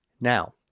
now